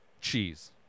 cheese